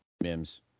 Mims